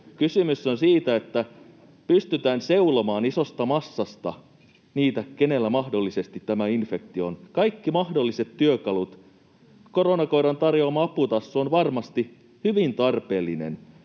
Kysymys on siitä, että pystytään seulomaan isosta massasta niitä, keillä mahdollisesti tämä infektio on. Kaikki mahdolliset työkalut tarvitaan. Koronakoiran tarjoama aputassu on varmasti hyvin tarpeellinen,